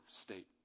state